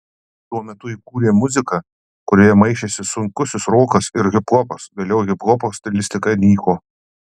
tuo metu ji kūrė muziką kurioje maišėsi sunkusis rokas ir hiphopas vėliau hiphopo stilistika nyko